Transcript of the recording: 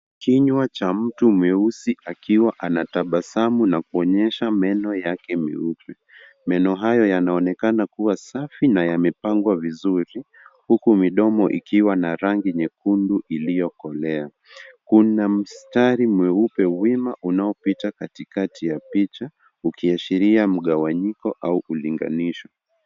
Kinywa cha mtu mweusi akiwa anatabasamu na kuonyesha meno Yake meupe . Meno hayo yanaonekana kuwa Safi na yamepangwa vizuri huku midono ikiwa na rangi nyekundu iliokolea, kuna mstari mweupe mwema unaopita katikati ya picha ikiashiria mkawanyiko au ulinganisho.